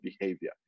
behavior